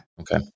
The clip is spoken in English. Okay